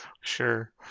sure